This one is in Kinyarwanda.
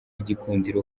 gikundiro